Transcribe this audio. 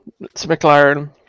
McLaren